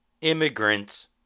immigrants